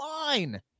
fine